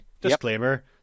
disclaimer